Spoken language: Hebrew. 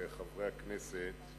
חברי הכנסת,